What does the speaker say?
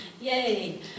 yay